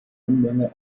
unmenge